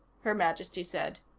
her majesty said.